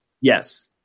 Yes